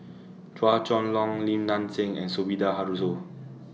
Chua Chong Long Lim Nang Seng and Sumida Haruzo